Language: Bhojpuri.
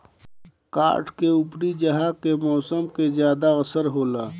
काठ के ऊपर उहाँ के मौसम के ज्यादा असर होला